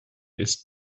ist